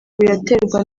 biraterwa